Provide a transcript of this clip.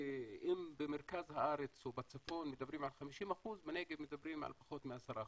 אם במרכז הארץ או בצפון מדברים על 50% בנגב מדברים על פחות מ-10%,